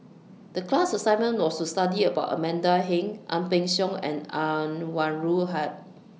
The class assignment was to study about Amanda Heng Ang Peng Siong and Anwarul Haque